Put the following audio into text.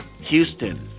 Houston